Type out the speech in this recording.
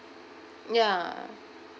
ya